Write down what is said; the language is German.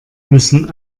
müssen